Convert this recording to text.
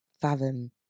fathom